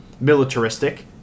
militaristic